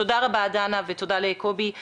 תודה רבה דנה ותודה רבה לקובי.